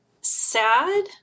sad